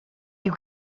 you